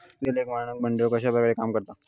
वित्तीय लेखा मानक मंडळ कश्या प्रकारे काम करता?